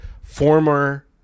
former